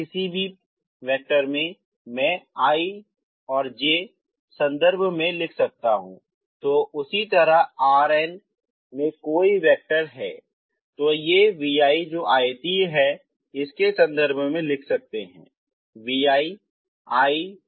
सतह में किसी भी वेक्टर में मैं I j के संदर्भ में लिख सकता हूँ तो उसी तरह Rn में कोई वेक्टर है तो ये vi जो आयतीय हैं के संदर्भ में लिख सकते है